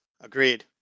agreed